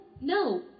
No